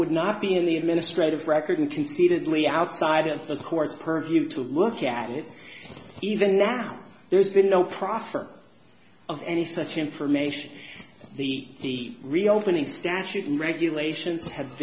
would not be in the administrative record concededly outside of the court's purview to look at it even now there's been no proffer of any such information the reopening statute and regulations have